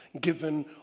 given